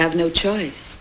have no choice